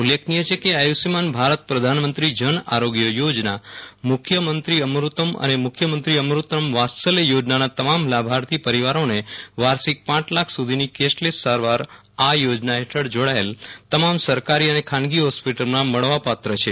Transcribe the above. ઉલ્લેખનીય છે કે આયુષ્યમાન ભારત પ્રધાનમંત્રી જન આરોગ્ય યોજના મુખ્યમંત્રી અમૃ તમ અને મુખ્યમંત્રી અમૃ તમ વાત્સલ્ય યોજનાના તમામ લાભાર્થી પરિવારોને વાર્ષિકપ લાખ સુ ધીની કેશલેશ સારવાર આ યોજના હેઠળ જોડાયેલ તમામ સરકારી અને ખાનગી હોસ્પિટલોમાં મળવા પાત્ર છે